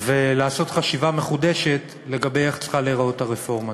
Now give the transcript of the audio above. ולעשות חשיבה מחודשת, איך צריכה להיראות הרפורמה.